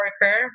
worker